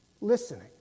Listening